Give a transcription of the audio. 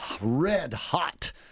red-hot